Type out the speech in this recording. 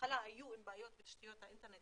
שמהתחלה היו שם בעיות בתשתיות האינטרנט